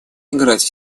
играть